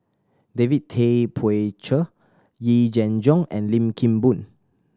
David Tay Poey Cher Yee Jenn Jong and Lim Kim Boon